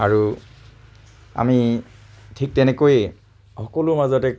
আৰু আমি ঠিক তেনেকৈয়ে সকলোৰে মাজতে